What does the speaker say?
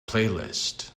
playlist